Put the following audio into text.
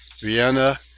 Vienna